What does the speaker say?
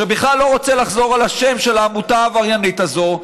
ואני בכלל לא רוצה לחזור על השם של העמותה העבריינית הזאת,